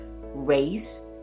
race